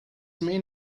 main